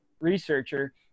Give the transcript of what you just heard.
researcher